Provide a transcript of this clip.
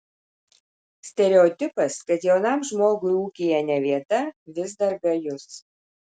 stereotipas kad jaunam žmogui ūkyje ne vieta vis dar gajus